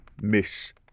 miss